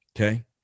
Okay